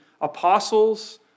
apostles